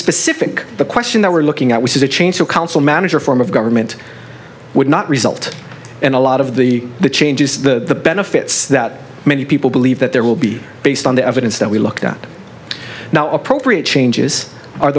specific the question that we're looking at which is a change to council manager form of government would not result in a lot of the the changes the benefits that many people believe that there will be based on the evidence that we looked at now appropriate changes are